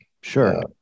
Sure